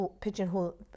pigeonhole